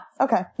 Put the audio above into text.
okay